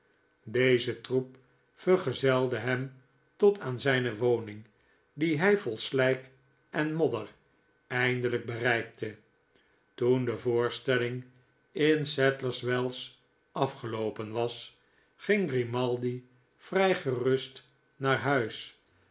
deze troep vergezelde hem tot aan zijne woning die hij vol slijk en modder eindelijk bereikte toen de voorstelling in sadlers wells afgeloopen was ging i g rimaldi vrij gerust naar huis